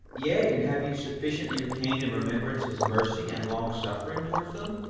yea, and have you sufficiently retained in remembrance his mercy and long-suffering towards them?